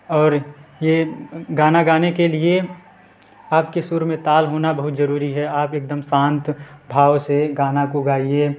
और यह गाना गाने के लिए आपके सुर में ताल होना बहुत ज़रूरी है आप एकदम शांत भाव से गाना को गाइए